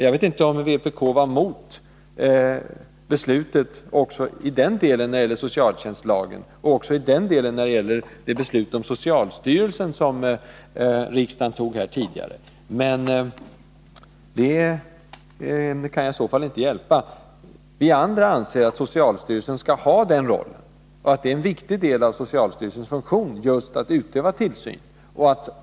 Jag vet inte om vpk var mot beslutet också i den delen när det gäller socialtjänstlagen och det beslut om socialstyrelsen som riksdagen tog tidigare, men det kan jag i så fall inte hjälpa. Vi andra anser att socialstyrelsen skall ha den rollen och att det är en viktig del av dess funktion att just utöva tillsyn.